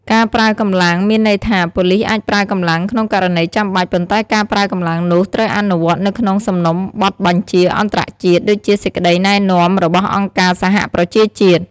ការប្រើកម្លាំង មានន័យថា ប៉ូលីសអាចប្រើកម្លាំងក្នុងករណីចាំបាច់ ប៉ុន្តែការប្រើកម្លាំងនោះត្រូវអនុវត្តនៅក្នុងសំណុំបទបញ្ជាអន្តរជាតិ ដូចជាសេចក្តីណែនាំរបស់អង្គការសហប្រជាជាតិ។